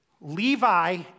Levi